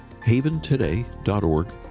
haventoday.org